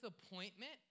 disappointment